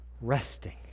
Resting